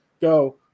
go